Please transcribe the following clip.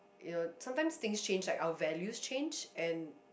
you know sometimes things change our values change and